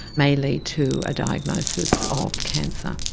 may lead to a diagnosis of cancer.